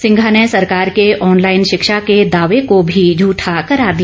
सिंघा ने सरकार के आनलाइन शिक्षा के दावे को भी झूठा करार दिया